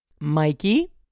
Mikey